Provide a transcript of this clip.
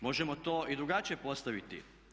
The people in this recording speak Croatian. Možemo to i drugačije postaviti.